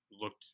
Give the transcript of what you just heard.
looked